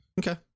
okay